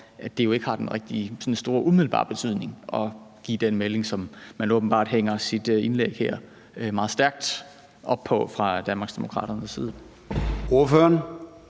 det jo ikke umiddelbart har den store betydning at give den melding, som man åbenbart hænger sit indlæg her meget stærkt op på fra Danmarksdemokraternes side.